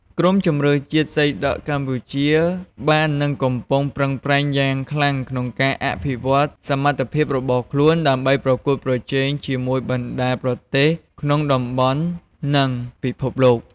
ក្រុមជម្រើសជាតិសីដក់កម្ពុជាបាននិងកំពុងប្រឹងប្រែងយ៉ាងខ្លាំងក្នុងការអភិវឌ្ឍសមត្ថភាពរបស់ខ្លួនដើម្បីប្រកួតប្រជែងជាមួយបណ្តាប្រទេសក្នុងតំបន់និងពិភពលោក។